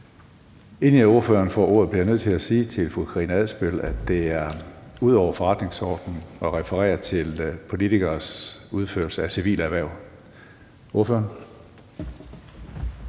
Inden ordføreren får ordet, bliver jeg nødt til at sige til fru Karina Adsbøl, at det er uden for forretningsorden at referere til politikeres udførelse af civile erhverv. Ordføreren.